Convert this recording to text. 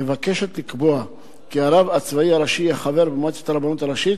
מבקשת לקבוע כי הרב הצבאי הראשי יהיה חבר במועצת הרבנות הראשית,